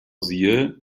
siehe